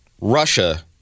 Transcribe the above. Russia